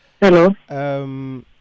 Hello